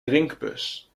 drinkbus